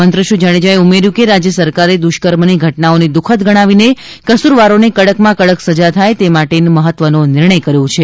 મંત્રીશ્રી જાડેજાએ ઉમેર્યુ હતુ કે રાજ્યસરકારે દુષકર્મની ઘટનાઓને દુઃખદ ગણાવીને કસૂરવારોને કડકમાં કડક સજા થાય તે માટે આ મહત્વનો નિર્ણય કર્યો છે